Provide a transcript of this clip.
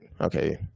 Okay